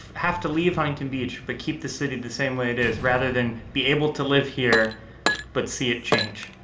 have to leave huntington beach but keep the city the same way it is rather than be able to live here but see it change?